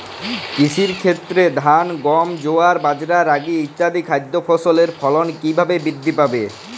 কৃষির ক্ষেত্রে ধান গম জোয়ার বাজরা রাগি ইত্যাদি খাদ্য ফসলের ফলন কীভাবে বৃদ্ধি পাবে?